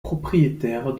propriétaire